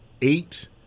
eight